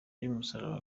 y’umusaraba